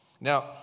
Now